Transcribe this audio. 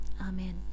Amen